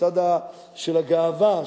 בצד של הגאווה,